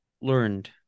learned